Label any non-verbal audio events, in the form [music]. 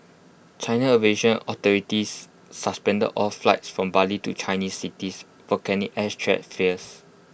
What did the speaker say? China's aviation authorities suspended all flights from Bali to Chinese cities volcanic ash threat [unintelligible]